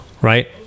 right